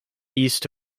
east